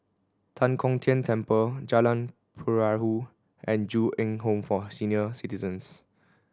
Tan Kong Tian Temple Jalan Perahu and Ju Eng Home for Senior Citizens